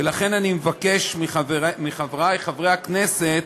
ולכן אני מבקש מחברי הכנסת